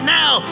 now